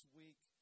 week